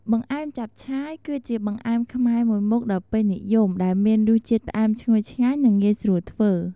បង្អែមចាប់ឆាយ គឺជាបង្អែមខ្មែរមួយមុខដ៏ពេញនិយម ដែលមានរសជាតិផ្អែមឈ្ងុយឆ្ងាញ់ និងងាយស្រួលធ្វើ។